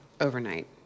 overnight